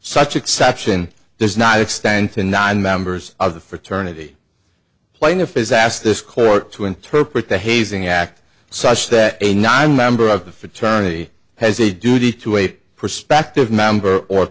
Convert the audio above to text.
such exception does not extend to nine members of the fraternity plaintiff is asked this court to interpret the hazing act such that a non member of the fraternity has a duty to a prospective member or